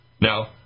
Now